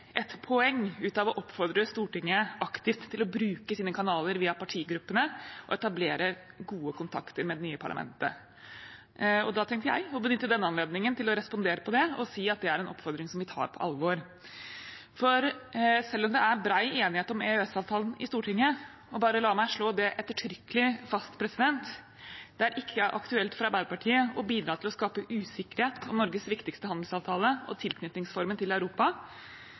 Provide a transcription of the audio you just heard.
et poeng av å oppfordre Stortinget til aktivt å bruke sine kanaler via partigruppene og etablere gode kontakter med det nye parlamentet, og da tenkte jeg å benytte denne anledningen til å respondere på det og si at det er en oppfordring som vi tar på alvor. For selv om det er bred enighet om EØS-avtalen i Stortinget – og bare la meg slå det ettertrykkelig fast, det er ikke aktuelt for Arbeiderpartiet å bidra til å skape usikkerhet om Norges viktigste handelsavtale og tilknytningsformen til Europa